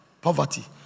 Poverty